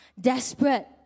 desperate